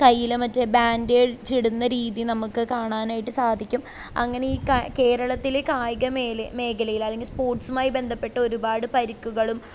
കയ്യിൽ മറ്റേ ബാൻഡേജ് ഇടുന്ന രീതി നമുക്കു കാണാനായിട്ട് സാധിക്കും അങ്ങനെ ഈ കാ കേരളത്തിലെ കായികമേലെ മേഖലയിൽ അല്ലെങ്കിൽ സ്പോട്സുമായി ബന്ധപ്പെട്ട് ഒരുപാട് പരിക്കുകളും